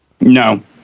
No